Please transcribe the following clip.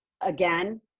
Again